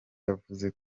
yavuze